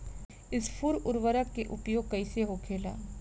स्फुर उर्वरक के उपयोग कईसे होखेला?